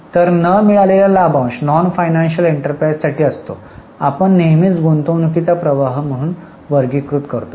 तर न मिळालेला लाभांश नॉन फायनान्सियल एंटरप्राइजेससाठी असतो आपण नेहमीच गुंतवणूकीचा प्रवाह म्हणून वर्गीकृत करू